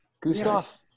gustav